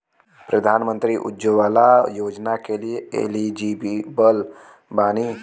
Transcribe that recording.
प्रधानमंत्री उज्जवला योजना के लिए एलिजिबल बानी?